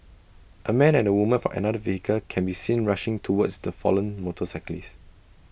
A man and A woman for another vehicle can be seen rushing towards the fallen motorcyclist